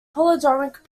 palindromic